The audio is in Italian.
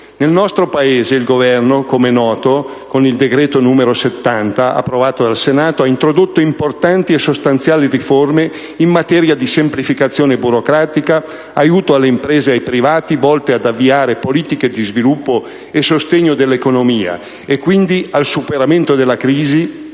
nel nostro Paese il Governo, con il decreto-legge 13 maggio 2011, n. 70, approvato dal Senato, ha introdotto importanti e sostanziali riforme in materia di semplificazione burocratica e aiuto alle imprese e ai privati, volte ad avviare politiche di sviluppo e sostegno dell'economia e, quindi, al superamento della crisi